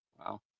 Wow